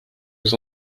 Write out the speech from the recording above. aux